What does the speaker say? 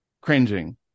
cringing